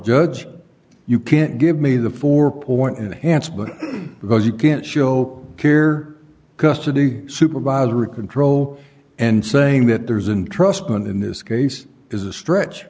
judge you can't give me the four point enhanced but because you can't show here custody supervisory control and saying that there's an trust been in this case is a stretch